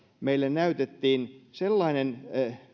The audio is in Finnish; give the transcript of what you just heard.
meille näytettiin sellainen